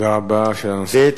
ב.